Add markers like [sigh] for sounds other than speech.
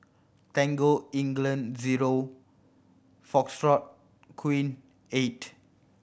Tangle England zero [unintelligible] Queen eight